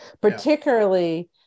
Particularly